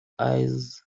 eyes